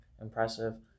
impressive